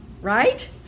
right